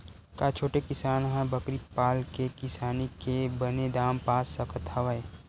का छोटे किसान ह बकरी पाल के किसानी के बने दाम पा सकत हवय?